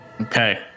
Okay